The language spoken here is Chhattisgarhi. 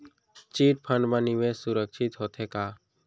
चिट फंड मा निवेश सुरक्षित होथे का?